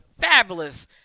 fabulous